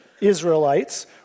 Israelites